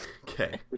Okay